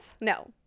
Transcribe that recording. No